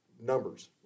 Numbers